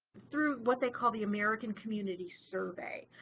through what they call the american community survey.